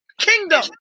Kingdom